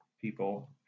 people